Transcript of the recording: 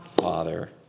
Father